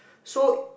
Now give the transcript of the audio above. so